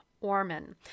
Orman